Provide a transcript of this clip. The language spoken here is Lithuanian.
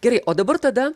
gerai o dabar tada